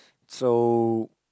so